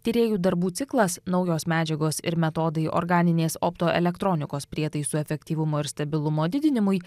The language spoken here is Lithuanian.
tyrėjų darbų ciklas naujos medžiagos ir metodai organinės optoelektronikos prietaisų efektyvumo ir stabilumo didinimui